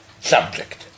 subject